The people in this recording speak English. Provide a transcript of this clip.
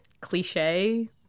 cliche